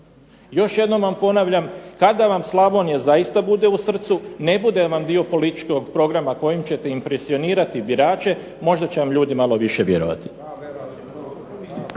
Još jednom vam ponavljam kada vam Slavonija zaista bude u srcu, ne bude vam dio političkog programa kojim ćete impresionirati birače, možda će vam ljudi malo više vjerovati.